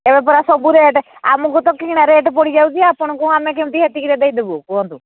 ଏବେ ପରା ସବୁ ରେଟ୍ ଆମକୁ ତ କିଣା ରେଟ୍ ପଡ଼ିଯାଉଛି ଆପଣଙ୍କୁ ଆମେ କେମିତି ହେତିକିରେ ଦେଇଦେବୁ କୁହନ୍ତୁ